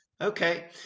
okay